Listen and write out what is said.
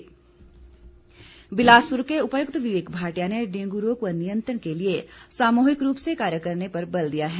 विवेक भटिया बिलासपुर के उपायुक्त विवेक भाटिया ने डेंगू रोग पर नियंत्रण के लिए सामूहिक रूप से कार्य करने पर बल दिया है